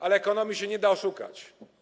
Ale ekonomii się nie da oszukać.